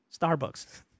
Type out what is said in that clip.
starbucks